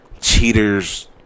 cheaters